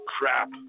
crap